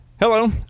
hello